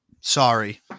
Sorry